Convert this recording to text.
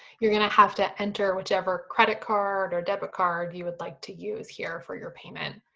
you're gonna have to enter whichever credit card or debit card you would like to use here for your payment.